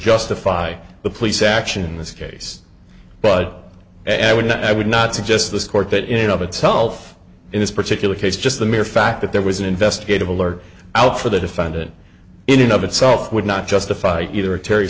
justify the police action in this case but it would not i would not suggest this court that in and of itself in this particular case just the mere fact that there was an investigative alert out for the defendant in and of itself would not justify either terry